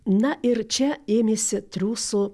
na ir čia ėmėsi triūso